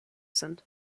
sind